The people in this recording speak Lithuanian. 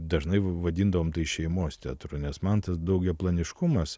dažnai vadindavom tai šeimos teatru nes man tas daugiaplaniškumas